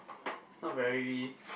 is not very